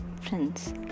friends